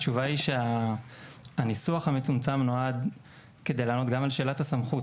התשובה היא שהניסוח המצומצם נועד כדי לענות גם על שאלת הסמכות.